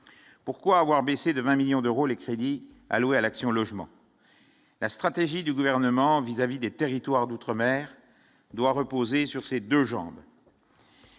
pourquoi avoir baissé de 20 millions d'euros, les crédits alloués à l'Action logement, la stratégie du gouvernement vis-à-vis des territoires d'outre-mer doit reposer sur ses 2 jambes.